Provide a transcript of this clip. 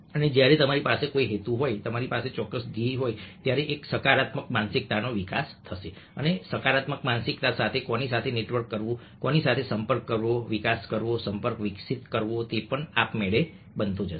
અને જ્યારે તમારી પાસે કોઈ હેતુ હોય તમારી પાસે ચોક્કસ ધ્યેય હોય ત્યારે એક સકારાત્મક માનસિકતાનો વિકાસ થશે અને સકારાત્મક માનસિકતા સાથે કોની સાથે નેટવર્ક કરવું કોની સાથે સંપર્ક કરવો વિકાસ કરવો સંપર્ક વિકસિત કરવો તે પણ આપમેળે બનશે